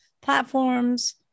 platforms